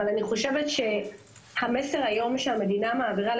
אבל אני חושבת שהמסר שהמדינה מעבירה היום,